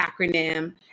acronym